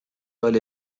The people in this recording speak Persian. چیزهای